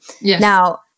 Now